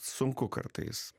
sunku kartais